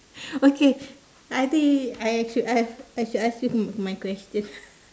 okay I think I should I should ask you my question